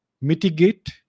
mitigate